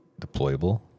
deployable